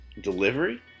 delivery